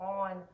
on